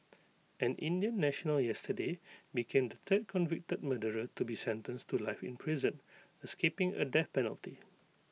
an Indian national yesterday became the third convicted murderer to be sentenced to life in prison escaping A death penalty